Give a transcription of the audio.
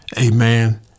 Amen